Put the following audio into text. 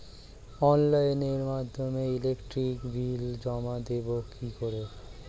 অনলাইনের মাধ্যমে electric bill জমা দেবো কি করে?